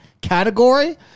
category